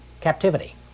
captivity